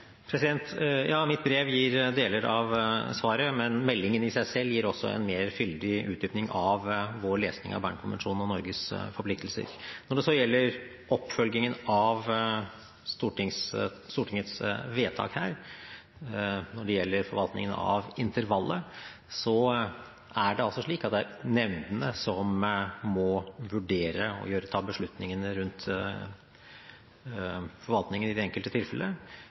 Mitt brev gir deler av svaret, men meldingen i seg selv gir en mer fyldig utdyping av vår lesning av Bern-konvensjonen og Norges forpliktelser. Når det gjelder oppfølgingen av Stortingets vedtak om forvaltningen av intervallet, er det nemndene som må vurdere og ta beslutningen rundt forvaltningen i det enkelte tilfelle.